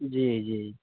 जी जी